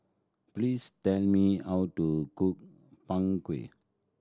please tell me how to cook Png Kueh